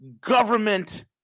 government